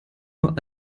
nur